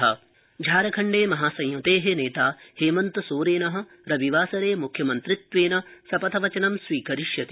झारखण्डे शपथग्रहणम् झारखण्डे महासंयुते नेता हेमन्तसोरेन रविवासरे मुख्यमन्त्रित्वेन शपथवचनं स्वीकरिष्यति